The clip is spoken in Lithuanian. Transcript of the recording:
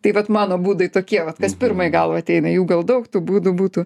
tai vat mano būdai tokie vat kas pirma į galvą ateina jų gal daug tų būdų būtų